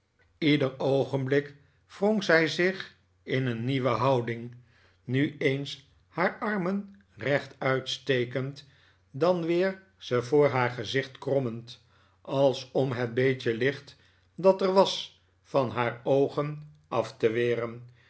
ieder oogenblik wrong zij zich in een nieuwe houding nu eens haar armen rechtuit stekend dan weer ze voor haar gezicht krommend als om het beetje licht dat er was van haar oogen af te weren